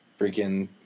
Freaking